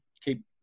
keep